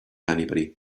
anybody